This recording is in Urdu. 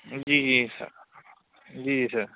جی جی سر جی جی سر